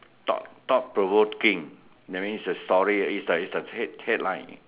thought thought provoking that means the story is a is a headline